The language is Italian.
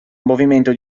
movimento